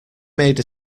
made